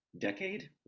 decade